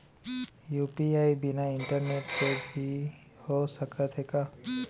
UPI बिना internet के भी हो सकत हे का?